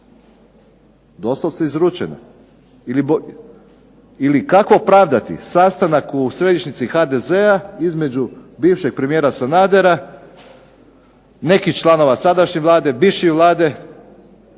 doslovce izručena, ili kako opravdati sastanak u središnjici HDZ-a između bivšeg premijera Sanadera, nekih članova sadašnje Vlade, bivše Vlade,